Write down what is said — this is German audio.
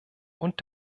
und